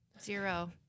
Zero